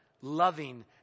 loving